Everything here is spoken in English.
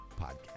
podcast